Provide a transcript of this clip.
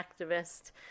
activist